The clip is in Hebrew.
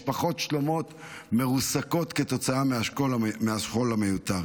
משפחות שלמות מרוסקות כתוצאה מהשכול המיותר.